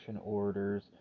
orders